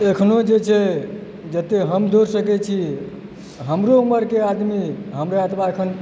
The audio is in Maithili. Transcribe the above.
एखनो जे छै जते हम दौड़ सकैत छी हमरो उमरके आदमी हमरा एतबा एखन